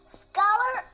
scholar